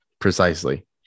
Precisely